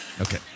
Okay